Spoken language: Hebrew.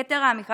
יתרה מזו,